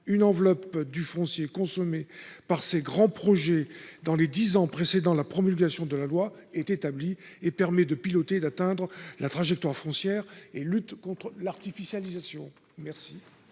une enveloppe du foncier consommée par ces grands projets, dans les 10 ans précédant la promulgation de la loi est établie et permet de piloter d'atteindre la trajectoire foncière et lutte contre l'artificialisation merci.